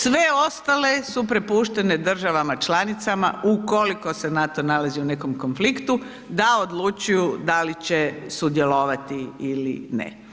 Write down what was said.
Sve ostale su prepuštene državama članicama u koliko se NATO nalazi u nekom konfliktu, da odlučuju da li će sudjelovati ili ne.